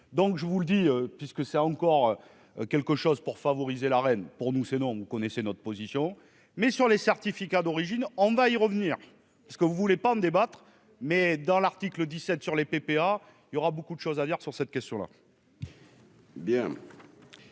donc je vous le dis, puisque c'est encore quelque chose pour favoriser la reine pour nous c'est vous connaissez notre position. Mais sur les certificats d'origine, on va y revenir parce que vous voulez pas en débattre, mais dans l'article 17 sur les PPA, il y aura beaucoup de choses à dire sur cette question là.